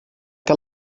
que